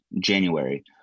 January